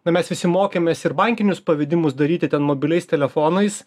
na mes visi mokėmės ir bankinius pavedimus daryti ten mobiliais telefonais